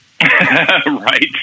Right